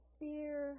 fear